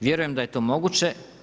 Vjerujem da je to moguće.